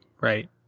right